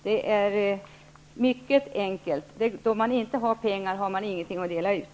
Det är mycket enkelt: då man inte har pengar har man ingenting att dela ut.